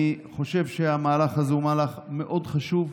אני חושב שהמהלך הזה הוא מהלך חשוב מאוד,